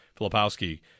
Filipowski